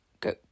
go